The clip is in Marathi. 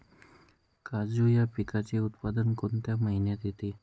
काजू या पिकाचे उत्पादन कोणत्या महिन्यात येते?